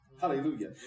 Hallelujah